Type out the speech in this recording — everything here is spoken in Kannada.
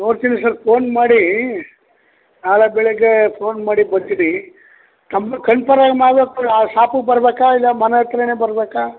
ನೋಡ್ತೀನಿ ಸರ್ ಫೋನ್ ಮಾಡಿ ನಾಳೆ ಬೆಳಗ್ಗೆ ಫೋನ್ ಮಾಡಿ ಬರ್ತೀನಿ ತಮ್ಮದು ಕನ್ಫರ್ಮ್ ಆಗೋ ಶಾಪುಗೆ ಬರಬೇಕಾ ಇಲ್ಲ ಮನೆ ಹತ್ರನೇ ಬರಬೇಕಾ